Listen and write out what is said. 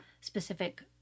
specific